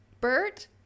Bert